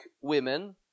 women